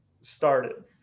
started